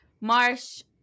Marsh